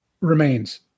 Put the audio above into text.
remains